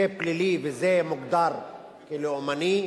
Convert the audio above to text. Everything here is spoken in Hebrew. זה פלילי וזה מוגדר לאומני,